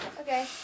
okay